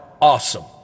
awesome